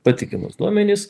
patikimus duomenis